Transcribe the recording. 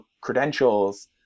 credentials